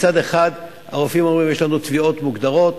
מצד אחד הרופאים אומרים: יש לנו תביעות מוגדרות,